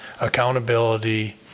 accountability